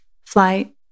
flight